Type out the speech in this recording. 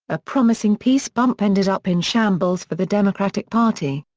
a promising peace bump ended up in shambles for the democratic party.